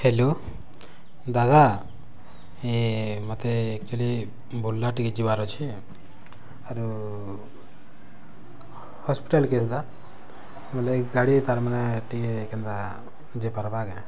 hello ଦାଦା ମତେ actually Burla ଟିକେ ଯିବାର୍ ଅଛେ ଆରୁ ହସ୍ପିଟାଲ୍ କେସ୍ ଦା ବେଲେ ଗାଡ଼ି ତାର୍ ମାନେ ଟିକେ କେନ୍ତା ଯେଇପାର୍ବା କେଁ